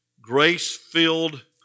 grace-filled